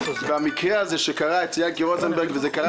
והמקרה שאירע ליענקי רוזנברג זה קרה